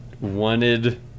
wanted